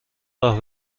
راه